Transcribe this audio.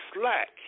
slack